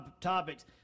topics